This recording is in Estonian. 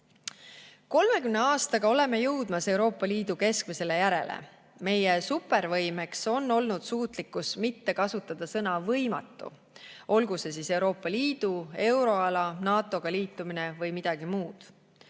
aastaga oleme jõudmas Euroopa Liidu keskmisele järele. Meie supervõimeks on olnud suutlikkus mitte kasutada sõna "võimatu", olgu see siis Euroopa Liidu, euroala või NATO-ga liitumine või midagi muud.